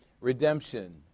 Redemption